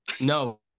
No